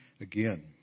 again